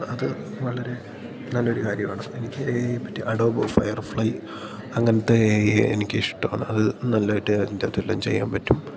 അത് വളരെ നല്ല ഒരു കാര്യമാണ് എനിക്ക് ഏ ഐയെ പറ്റി അഡോബോ ഫയർഫ്ലൈ അങ്ങനെത്തെ ഏ ഐ എനിക്ക് ഇഷ്ടമാണ് അത് നല്ലതായിട്ട് അതിൻറ്റകത്തെല്ലാം ചെയ്യാൻ പറ്റും